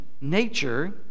nature